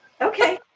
Okay